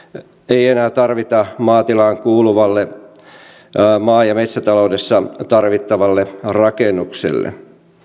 ei enää tarvita maatilaan kuuluvalle maa ja metsätaloudessa tarvittavalle rakennukselle